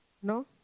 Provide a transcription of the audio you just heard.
¿No